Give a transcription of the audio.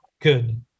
good